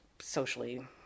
socially